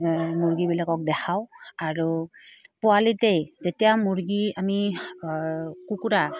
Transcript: মুৰ্গীবিলাকক দেখাওঁ আৰু পোৱালিতেই যেতিয়া মুৰ্গী আমি কুকুৰা